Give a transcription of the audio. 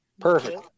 perfect